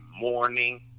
morning